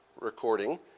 recording